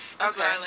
Okay